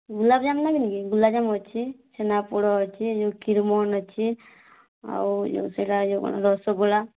ଗୁଲାପ୍ଜାମୁନ୍ ନେବେ ନି ଗୁଲାପ୍ଜାମୁନ୍ ଅଛେ ଛେନାପୋଡ଼୍ ଅଛେ ଯୋଉ କ୍ଷୀର୍ମୋହନ୍ ଅଛେ ଆଉ ଯୋଉ ସେଟା ଯୋଉ କ'ଣ ରସଗୋଲା